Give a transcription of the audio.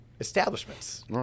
establishments